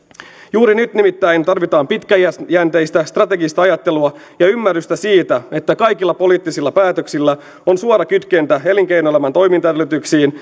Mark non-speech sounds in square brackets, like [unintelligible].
juuri nyt nimittäin tarvitaan pitkäjänteistä strategista ajattelua ja ymmärrystä siitä että kaikilla poliittisilla päätöksillä on suora kytkentä elinkeinoelämän toimintaedellytyksiin [unintelligible]